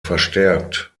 verstärkt